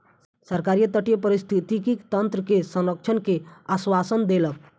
सरकार तटीय पारिस्थितिकी तंत्र के संरक्षण के आश्वासन देलक